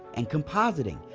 and compositing,